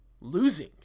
losing